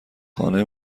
خانه